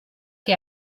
que